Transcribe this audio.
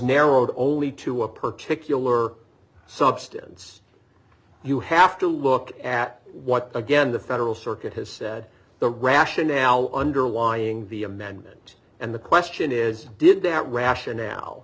narrowed only to a particular substance you have to look at what again the federal circuit has said the rationale underlying the amendment and the question is did that rationale